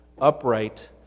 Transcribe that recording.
Upright